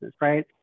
right